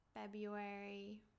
February